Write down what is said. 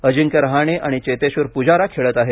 अजिंक्य रहाणे आणि चेतेश्वर पुजारा खेळत आहेत